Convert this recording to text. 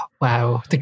wow